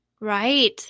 Right